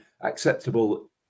acceptable